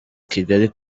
kigali